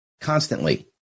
constantly